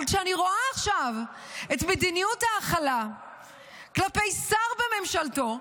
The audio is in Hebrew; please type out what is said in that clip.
אבל כשאני רואה עכשיו את מדיניות ההכלה כלפי שר בממשלתו,